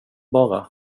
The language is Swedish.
bara